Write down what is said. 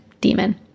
demon